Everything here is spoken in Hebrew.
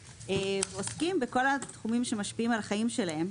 ועוסקים בכל התחומים שמשפיעים על החיים שלהם.